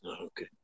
Okay